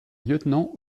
lieutenant